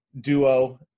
duo